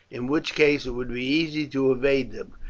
in which case it would be easy to evade them,